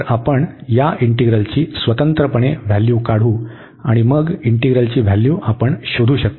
तर आपण या इंटीग्रलची स्वतंत्रपणे व्हॅल्यू काढू आणि मग इंटीग्रलची व्हॅल्यू आपण शोधू शकतो